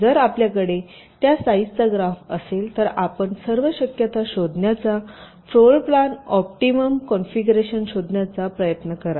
जर आपल्याकडे त्या साईजचा ग्राफ असेल तर आपण सर्व शक्यता शोधण्याचा फ्लोर प्लॅन ऑप्टिमम कॉन्फिगरेशन शोधण्याचा प्रयत्न करा